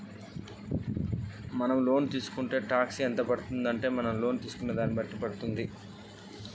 Loan తీస్కుంటే tax ఎంత పడ్తుంది?